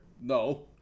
No